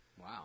Wow